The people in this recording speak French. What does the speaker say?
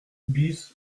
bis